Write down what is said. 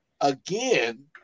again